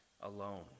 alone